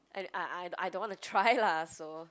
and I I I don't want to try lah so